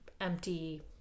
empty